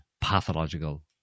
pathological